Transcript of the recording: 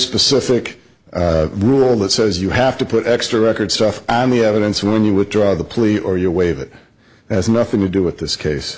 specific rule that says you have to put extra record stuff on the evidence when you withdraw the plea or you waive it has nothing to do with this case